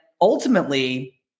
ultimately